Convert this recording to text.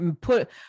put